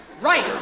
Right